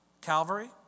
Calvary